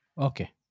Okay